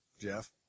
Jeff